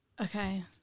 okay